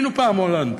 היינו פעם הולנד,